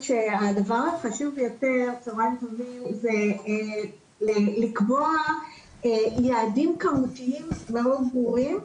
הדבר החשוב ביותר זה לקבוע יעדים כמותיים מאוד ברורים.